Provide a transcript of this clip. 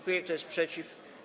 Kto jest przeciw?